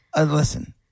Listen